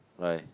why